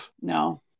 no